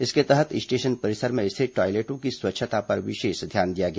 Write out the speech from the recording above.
इसके तहत स्टेशन परिसर में स्थित टॉयलेटों की स्वच्छता पर विशेष ध्यान दिया गया